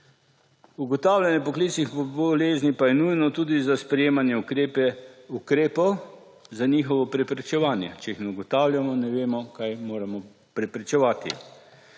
Ugotavljanje poklicnih bolezni pa je nujno tudi za sprejemanje ukrepov, za njihovo preprečevanje. Če jih ne ugotavljamo, ne vemo, kaj moramo preprečevati.